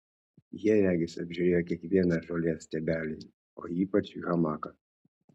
jie regis apžiūrėjo kiekvieną žolės stiebelį o ypač hamaką